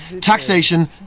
taxation